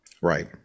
Right